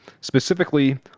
specifically